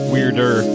Weirder